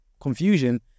confusion